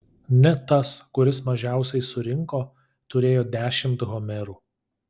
net tas kuris mažiausiai surinko turėjo dešimt homerų